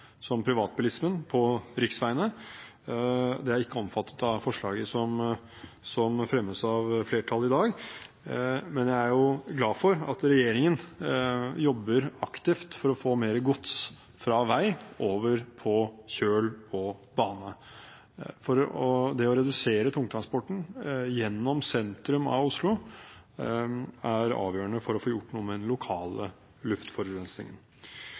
privatbilismen på riksveiene. Det er ikke omfattet av forslaget som fremmes av flertallet i dag. Men jeg er glad for at regjeringen jobber aktivt for å få mer gods fra vei over på kjøl og bane. Det å redusere tungtransporten gjennom sentrum av Oslo er avgjørende for å få gjort noe med den lokale luftforurensningen.